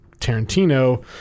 Tarantino